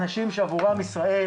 אנשים שעבורם ישראל,